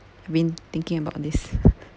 when thinking about this